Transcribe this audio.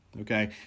okay